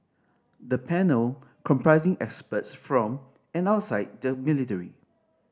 the panel comprising experts from and outside the military